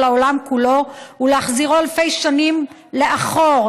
העולם כולו ולהחזירו אלפי שנים לאחור,